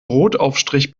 brotaufstrich